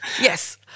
yes